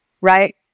right